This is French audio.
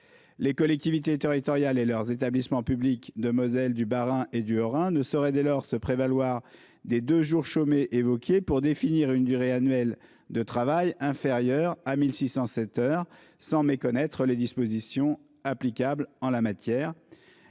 les collectivités territoriales et les établissements publics de Moselle, du Bas-Rhin et du Haut-Rhin ne sauraient se prévaloir des deux jours chômés évoqués pour définir une durée annuelle de travail inférieure à 1 607 heures sans méconnaître les dispositions applicables en la matière.